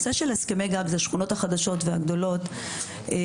נושא של הסכמי גג לגבי השכונות החדשות והגדולות נמצא